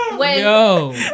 Yo